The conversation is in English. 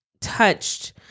touched